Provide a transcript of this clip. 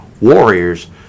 Warriors